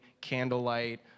candlelight